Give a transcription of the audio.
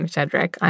Cedric